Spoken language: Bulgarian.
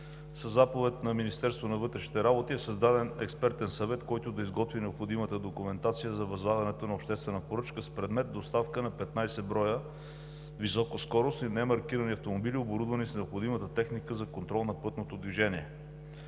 Със заповед на Министерството на вътрешните работи е създаден експертен съвет, който да изготви необходимата документация за възлагането на обществена поръчка с предмет „Доставка на 15 броя високоскоростни, немаркирани автомобили, оборудвани с необходимата техника за контрол на пътното движение“.